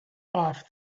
off